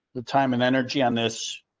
the time and energy on this,